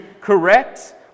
correct